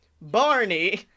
Barney